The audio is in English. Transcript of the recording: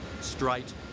straight